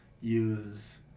use